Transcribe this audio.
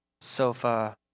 sofa